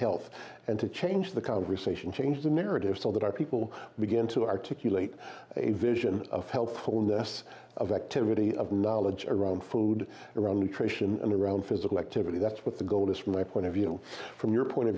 health and to change the conversation change the narrative so that our people begin to articulate a vision of helpfulness of activity of knowledge around food around nutrition and around physical activity that's what the goal is for my point of view from your point of